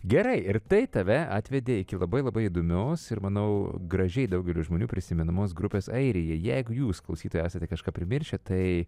gerai ir tai tave atvedė iki labai labai įdomios ir manau gražiai daugeliui žmonių prisimenamos grupės airija jeigu jūs klausytojui esate kažką primiršę tai